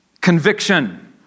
conviction